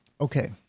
okay